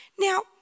Now